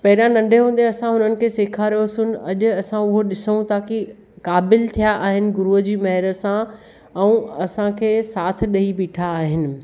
पहिरियां नंढे हूंदे असां हुननि खें सिखारेसुनि अॼु असां हो ॾिसूं था की क़ाबिल थिया आहिनि गुरूअ जी महिर सां ऐं असांखे साथ ॾेई ॿीठा आहिनि